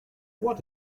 what